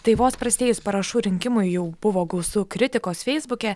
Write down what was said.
tai vos prasidėjus parašų rinkimui jau buvo gausu kritikos feisbuke